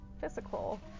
physical